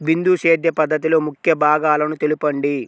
బిందు సేద్య పద్ధతిలో ముఖ్య భాగాలను తెలుపండి?